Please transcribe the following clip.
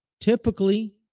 typically